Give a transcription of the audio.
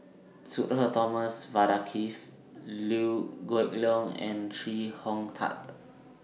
Sudhir Thomas Vadaketh Liew Geok Leong and Chee Hong Tat